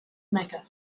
mecca